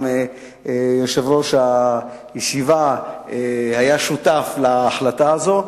גם יושב-ראש הישיבה היה שותף להחלטה הזו.